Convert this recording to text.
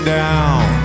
down